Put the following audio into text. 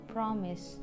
Promise